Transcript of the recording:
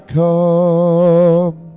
come